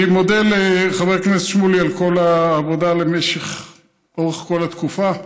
אני מודה לחבר הכנסת שמולי על כל העבודה במשך כל אורך התקופה,